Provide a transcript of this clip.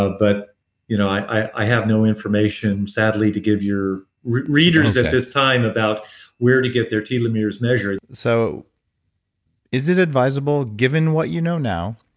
ah but you know i have no information sadly, to give your readers at this time about where to get their telomeres measured so is it advisable given what you know now,